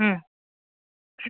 હમ હ